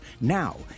Now